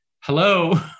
hello